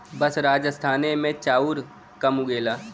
बस राजस्थाने मे चाउर कम उगेला